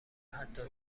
حتا